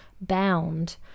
bound